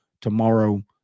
tomorrow